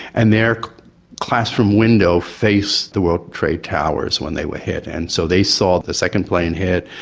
and their classroom window faced the world trade towers when they were hit and so they saw the second plane hit,